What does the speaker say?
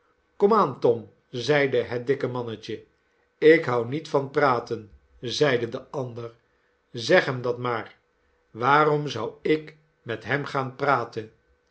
aan tom zeide het dikkemannetje ik hou niet van praten zeide de ander zeg hem dat maar waarom zou ik met hem gaan praten